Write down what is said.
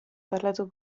parlato